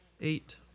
Eight